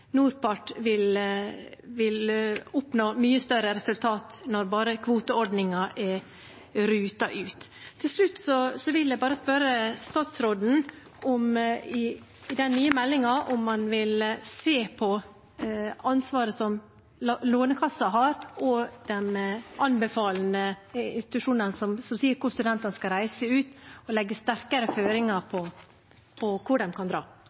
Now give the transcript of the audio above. NORPART vil oppnå mye større resultater når bare kvoteordningen er rutet ut. Til slutt vil jeg bare spørre statsråden om man i den nye meldingen vil se på ansvaret som Lånekassen har, og de anbefalende institusjonene som sier hvor studentene skal reise ut, og legge sterkere føringer for hvor de kan dra?